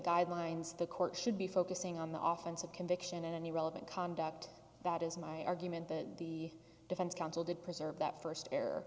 guidelines the court should be focusing on the off chance of conviction and the relevant conduct that is my argument that the defense counsel did preserve that first air